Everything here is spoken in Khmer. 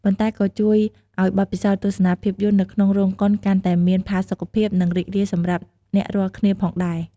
ប៉ុន្តែក៏ជួយឲ្យបទពិសោធន៍ទស្សនាភាពយន្តនៅក្នុងរោងកុនកាន់តែមានផាសុកភាព និងរីករាយសម្រាប់អ្នករាល់គ្នាផងដែរ។